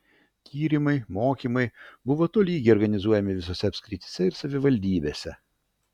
tyrimai mokymai buvo tolygiai organizuojami visose apskrityse ir savivaldybėse